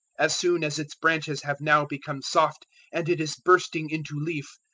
as soon as its branches have now become soft and it is bursting into leaf,